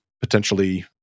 potentially